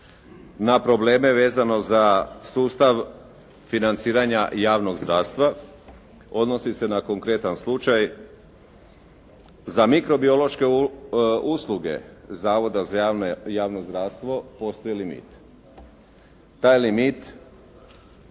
na probleme vezano za sustav financiranja javnog zdravstva, odnosi se na konkretan slučaj za mikro-biološke usluge Zavoda za javno zdravstvo postoji limit. Taj limit